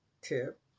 tip